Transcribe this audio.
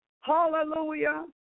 Hallelujah